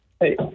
Hey